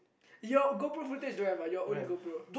your GoPro footage don't have your own GoPro